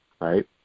right